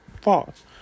false